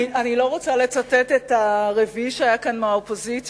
אני לא רוצה לצטט את הרביעי שהיה כאן מהאופוזיציה,